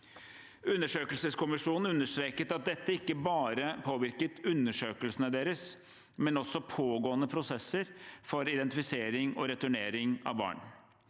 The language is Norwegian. Undersøkelseskommisjonen understreket at dette ikke bare påvirket undersøkelsene deres, men også pågående prosesser for identifisering og returnering av barn.